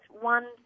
one